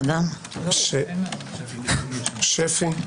בבקשה, שפי.